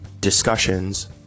discussions